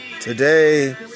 today